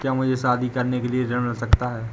क्या मुझे शादी करने के लिए ऋण मिल सकता है?